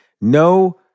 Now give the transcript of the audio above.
No